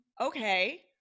okay